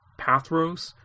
Pathros